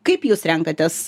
kaip jūs renkatės